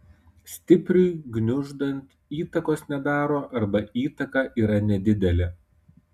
stipriui gniuždant įtakos nedaro arba įtaka yra nedidelė